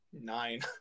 nine